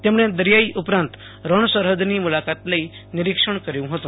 તેમણે દરિયાઈ ઉપરાંત રણ સરહદની મુલાકાત લઈ નીરિક્ષણ કયું હતું